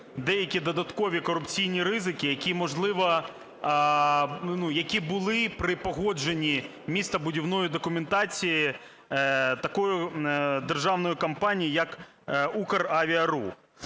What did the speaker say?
деякі додаткові корупційні ризики, які, можливо, були при погодженні містобудівної документації такої державної компанії, як "Украерорух".